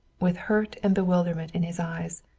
with hurt and bewilderment in his eyes.